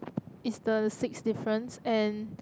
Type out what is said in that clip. it's the sixth difference and